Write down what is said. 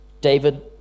David